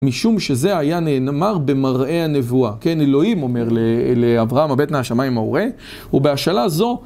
משום שזה היה נאמר במראה הנבואה. כן, אלוהים אומר לאברהם, הבט נא השמיים וראה, ובהשאלה זו...